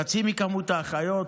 חצי ממספר האחיות,